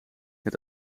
het